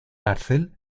cárcel